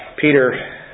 Peter